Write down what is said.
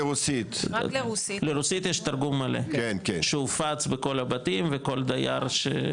לרוסית יש תרגום מלא, שהופץ בכל הבתים וכל דייר?